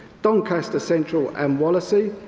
doncaster central and wallasey,